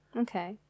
Okay